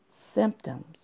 symptoms